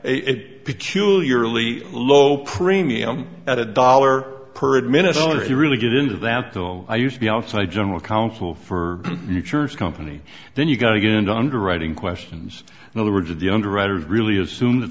a peculiarly low premium at a dollar per administrator to really get into that though i used to be outside general counsel for the church company then you got to get in underwriting questions in other words of the underwriters really assume that